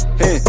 hey